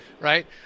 right